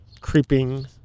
creeping